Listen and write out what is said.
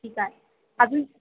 ठीक आहे अजून